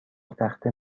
تخته